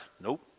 nope